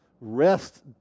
rest